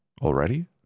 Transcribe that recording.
Already